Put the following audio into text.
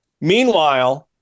Meanwhile